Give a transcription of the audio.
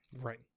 right